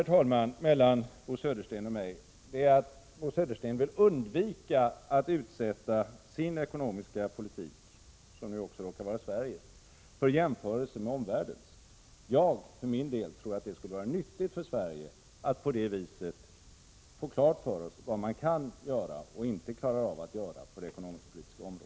Skillnaden mellan Bo Södersten och mig är att Bo Södersten vill undvika att utsätta sin ekonomiska politik, som nu också råkar vara Sveriges, för jämförelser med omvärldens, medan jag för min del tror att det skulle vara nyttigt för oss i Sverige att på det viset få klart för oss vad man kan göra och vad man inte klarar att göra på det ekonomisk-politiska området.